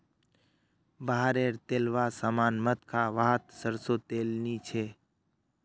बाहर रे तेलावा सामान मत खा वाहत सरसों तेल नी छे